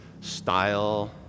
style